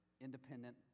independent